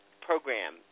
program